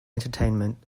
entertainment